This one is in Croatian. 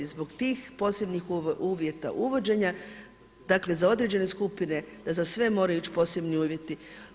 Zbog tih posebnih uvjeta uvođenja, dakle za određene skupine, da za sve moraju ići posebni uvjeti.